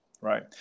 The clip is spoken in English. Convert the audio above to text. right